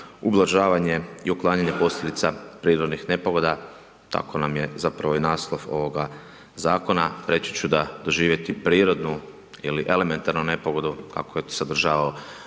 ublažavanje i uklanjanje posljedica prirodnih nepogoda, tako nam je zapravo i naslov ovoga zakona. Reći da doživjeti prirodnu ili elementarnu nepogodu, kako je sadržavao